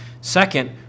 Second